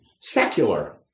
secular